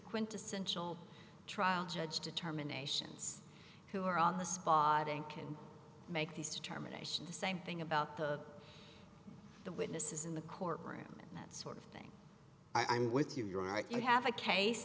quintessential trial judge determinations who are on the spot and can make these determinations the same thing about the the witnesses in the courtroom and that sort of thing i'm with you you